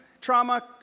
trauma